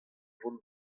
vont